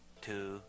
Two